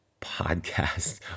podcast